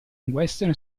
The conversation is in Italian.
western